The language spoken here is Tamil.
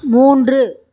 மூன்று